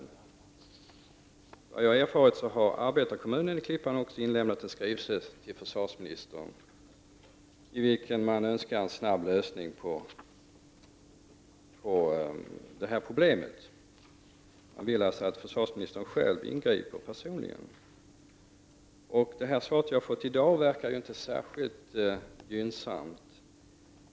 Efter vad jag har erfarit har arbetarkommunen i Klippan också inlämnat en skrivelse till försvarsministern i vilken man begär en snabb lösning på problemet. Man vill alltså att försvarsministern ingriper personligen. Det svar jag har fått i dag verkar inte särskilt positivt.